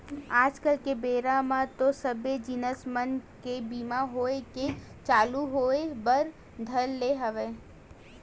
आज कल के बेरा म तो सबे जिनिस मन के बीमा होय के चालू होय बर धर ले हवय